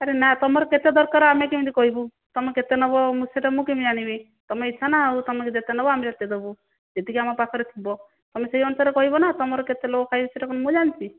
ଆରେ ନା ତୁମର କେତେ ଦରକାର ଆମେ କେମତି କହିବୁ ତୁମେ କେତେ ନେବ ସେଟା ମୁଁ କେମିତି ଜାଣିବି ତୁମ ଇଛା ନା ତୁମେ ଯେତେ ନେବ ଆମେ ସେତେ ଦେବୁ ଯେତିକି ଆମ ପାଖରେ ଥିବ ତୁମେ ସେଇ ଅନୁସାରେ କହିବ ନା ତୁମର କେତେ ଲୋକ ଖାଇବେ ସେଟା କଣ ମୁଁ ଜାଣିଛି